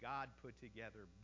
God-put-together